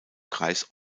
kreis